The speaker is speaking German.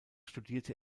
studierte